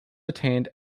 attained